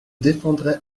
défendrai